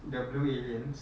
the blue aliens